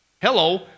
hello